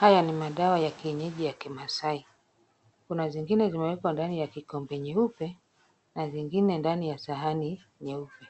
Haya ni madawa ya kienyeji ya kimasai. Kuna zingine zimewekwa ndani ya kikombe nyeupe na zingine ndani ya sahani nyeupe.